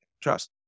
Trust